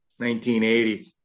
1980